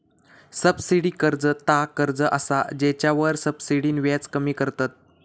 subsidy कर्ज ता कर्ज असा जेच्यावर सब्सिडीन व्याज कमी करतत